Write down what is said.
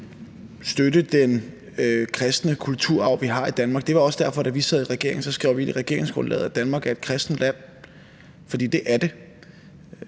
støtte den kristne kulturarv, vi har i Danmark, og det var også derfor, at vi, da vi sad i regering, skrev ind i regeringsgrundlaget, at Danmark er et kristent land, for det er det.